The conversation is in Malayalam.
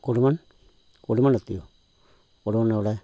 കൊടുമൺ കൊടുമൺ എത്തിയോ കൊടുമണ്ണെവിടെ